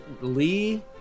Lee